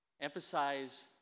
Emphasize